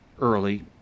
early